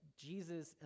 Jesus